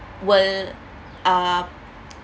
will uh